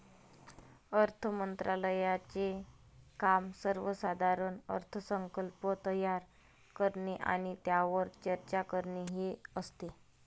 अर्थ मंत्रालयाचे काम सर्वसाधारण अर्थसंकल्प तयार करणे आणि त्यावर चर्चा करणे हे असते